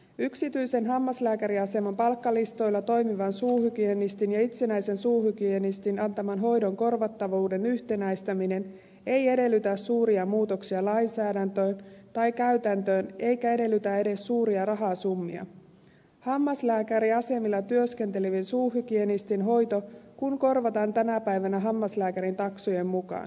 yksityisen hammaslääkäriaseman palkkalistoilla toimivan suuhygienistin ja itsenäisen suuhygienistin antaman hoidon korvattavuuden yhtenäistäminen ei edellytä suuria muutoksia lainsäädäntöön tai käytäntöön eikä edellytä edes suuria rahasummia hammaslääkäriasemilla työskentelevien suuhygienistien hoito kun korvataan tänä päivänä hammaslääkärin taksojen mukaan